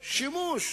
ובכלל,